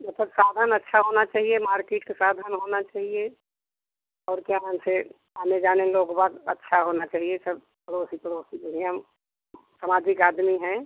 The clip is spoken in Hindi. वह पर साधन अच्छा होना चाहिए मार्केट के साधन होना चाहिए और जहाँ से आने जाने के अच्छा होना चाहिए सब पड़ोसी वड़ोशी बढ़िया समाधि हैं